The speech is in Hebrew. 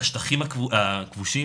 בשטחים הכבושים,